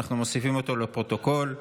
אנחנו מוסיפים אותו לפרוטוקול.